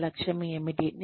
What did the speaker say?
నా లక్ష్యం ఏమిటి